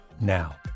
now